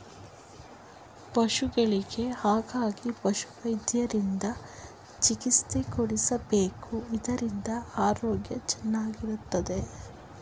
ಪಶುಗಳಿಗೆ ಹಾಗಾಗಿ ಪಶುವೈದ್ಯರಿಂದ ಚಿಕಿತ್ಸೆ ಕೊಡಿಸಬೇಕು ಇದರಿಂದ ಆರೋಗ್ಯ ಚೆನ್ನಾಗಿರುತ್ತದೆ